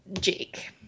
Jake